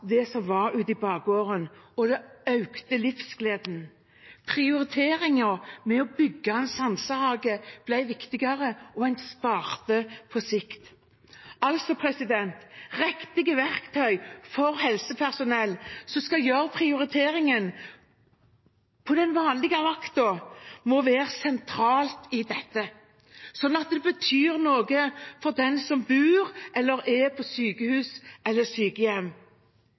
det som var ute i bakgården. Det økte livsgleden. Prioriteringen med å bygge en sansehage ble viktigere, og en sparte på sikt. Riktige verktøy for helsepersonell som skal gjøre prioriteringen på den vanlige vakten, må være sentralt i dette, sånn at det betyr noe for den som bor eller er på sykehus eller sykehjem.